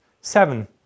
Seven